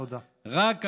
תודה.